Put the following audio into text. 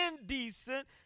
indecent